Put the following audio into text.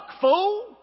fool